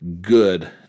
good